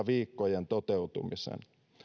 viikkojen toteutuminen